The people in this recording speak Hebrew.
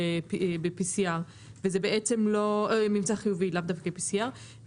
לאו דווקא ב-PCR.